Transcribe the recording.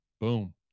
Boom